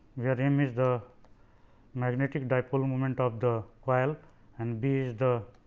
where m is the magnetic dipole moment of the coil and b is the